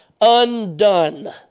undone